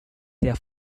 their